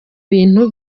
bintu